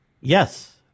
Yes